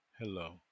Hello